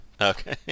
Okay